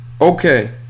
Okay